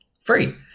Free